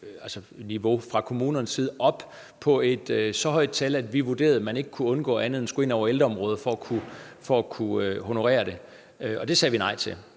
udliciteringsniveau fra kommunernes side så højt op, at vi vurderede, at man ikke kunne undgå andet, end at man skulle ind over ældreområdet for at kunne honorere det. Det sagde vi nej til.